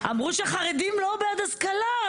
השאלה אם זה מה שקורה היום.